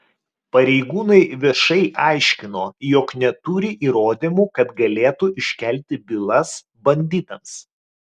pareigūnai viešai aiškino jog neturi įrodymų kad galėtų iškelti bylas banditams